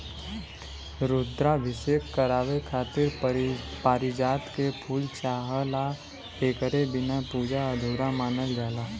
रुद्राभिषेक करावे खातिर पारिजात के फूल चाहला एकरे बिना पूजा अधूरा मानल जाला